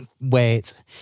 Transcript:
wait